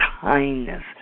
kindness